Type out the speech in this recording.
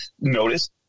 notice